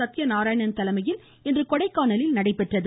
சத்திய நாராயணன் தலைமையில் இன்று கொடைக்கானலில் நடைபெற்றது